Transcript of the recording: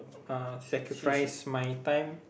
uh sacrifice my time